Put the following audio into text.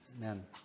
Amen